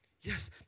Yes